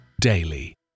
daily